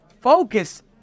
focus